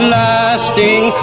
lasting